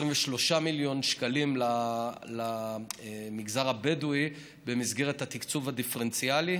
מיליון שקלים למגזר הבדואי במסגרת התקצוב הדיפרנציאלי.